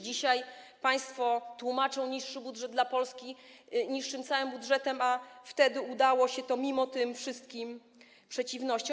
Dzisiaj państwo tłumaczą niższy budżet dla Polski niższym całym budżetem, a wtedy udało się to pomimo tych wszystkich przeciwności.